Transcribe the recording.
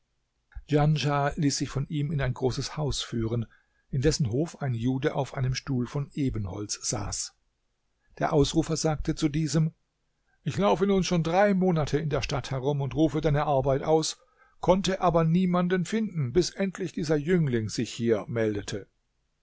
ließ sich von ihm in ein großes haus führen in dessen hof ein jude auf einem stuhl von ebenholz saß der ausrufer sagte zu diesem ich laufe nun schon drei monate in der stadt herum und rufe deine arbeit aus konnte aber niemanden finden bis endlich dieser jüngling sich hier meldete